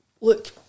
Look